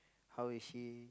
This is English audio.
how is she